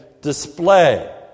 display